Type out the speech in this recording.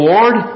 Lord